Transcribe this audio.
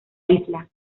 isla